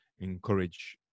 encourage